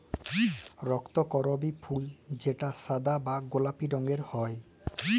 রক্তকরবী ফুল যেটা সাদা বা গোলাপি রঙের হ্যয়